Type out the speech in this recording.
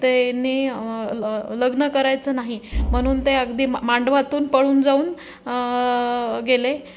त्यांनी ल लग्न करायचं नाही म्हणून ते अगदी मांडवातून पळून जाऊन गेले